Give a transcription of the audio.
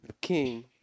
king